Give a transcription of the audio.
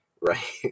right